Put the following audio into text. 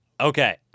Okay